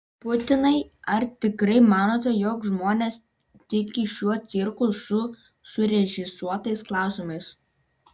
putinai ar tikrai manote jog žmonės tiki šiuo cirku su surežisuotais klausimais